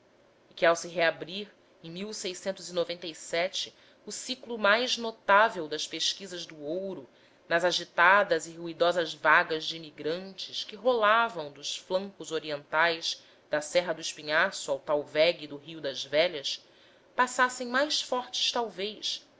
que ao se reabrir em o ciclo mais notável das pesquisas do ouro nas agitadas e ruidosas vagas de imigrantes que rolavam dos flancos orientais da serra do espinhaço ao talvegue do rio das velhas passassem mais fortes talvez